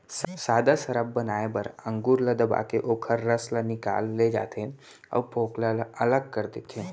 सादा सराब बनाए बर अंगुर ल दबाके ओखर रसा ल निकाल ले जाथे अउ फोकला ल अलग कर देथे